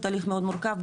תהליך מאוד מורכב,